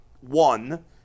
one